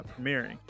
premiering